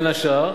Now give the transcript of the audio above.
בין השאר,